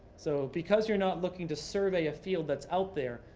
so because you're not looking to survey a field that's out there,